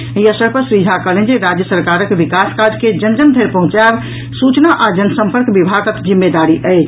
एहि अवसर पर श्री झा कहलनि जे राज्य सरकारक विकास काज के जन जन धरि पहुंचायब सूचना आ जनसंपर्क विभागक जिम्मेदारी अछि